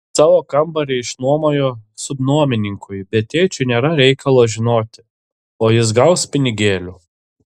savo kambarį išnuomojo subnuomininkui bet tėčiui nėra reikalo žinoti o jis gaus pinigėlių